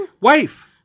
Wife